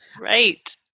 Right